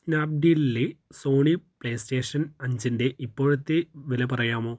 സ്നാപ്ഡീലിലെ Sony PlayStation അഞ്ചിൻ്റെ ഇപ്പോഴത്തെ വില പറയാമോ